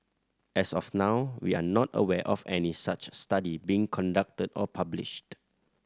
as of now we are not aware of any such study being conducted or published